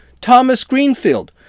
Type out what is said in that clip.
Thomas-Greenfield